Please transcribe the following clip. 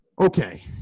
Okay